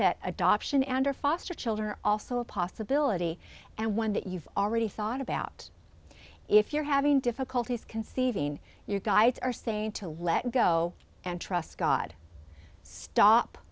that adoption and or foster children are also a possibility and one that you've already thought about if you're having difficulties conceiving your guides are saying to let go and trust god stop